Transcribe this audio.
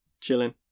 chilling